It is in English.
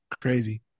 crazy